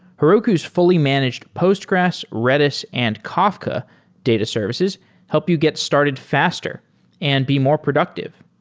heroku's fully managed postgres, redis and kafka data services help you get started faster and be more productive.